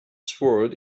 sword